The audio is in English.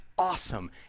awesome